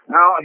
Now